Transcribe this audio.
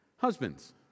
Husbands